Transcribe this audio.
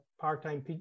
part-time